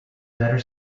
better